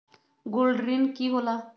Gold ऋण की होला?